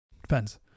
Depends